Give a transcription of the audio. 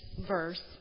verse